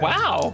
Wow